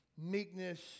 meekness